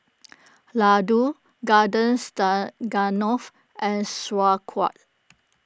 Ladoo Garden and Sauerkraut